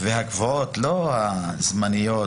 לא הזמניות